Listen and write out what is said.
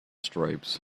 stripes